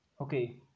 Okay